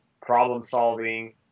problem-solving